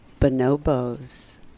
bonobos